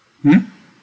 mm